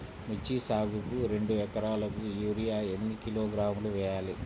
మిర్చి సాగుకు రెండు ఏకరాలకు యూరియా ఏన్ని కిలోగ్రాములు వేయాలి?